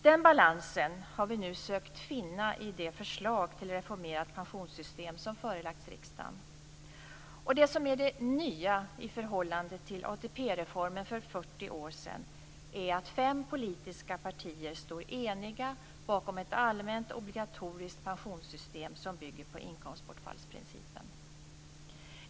Den balansen har vi nu sökt finna i det förslag till reformerat pensionssystem som förelagts riksdagen. Det som är det nya i förhållande till ATP-reformen för 40 år sedan är att fem politiska partier står eniga bakom ett allmänt, obligatoriskt pensionssystem som bygger på inkomstbortfallsprincipen.